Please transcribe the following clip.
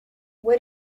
what